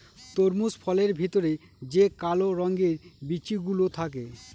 তরমুজ ফলের ভেতরে যে কালো রঙের বিচি গুলো থাকে